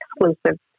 exclusive